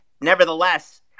nevertheless